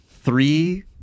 three